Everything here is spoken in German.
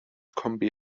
kombi